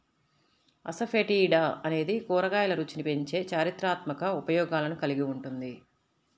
asafoetida అనేది కూరగాయల రుచిని పెంచే చారిత్రాత్మక ఉపయోగాలను కలిగి ఉంటుంది